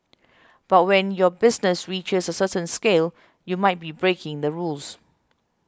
but when your business reaches a certain scale you might be breaking the rules